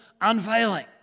unveiling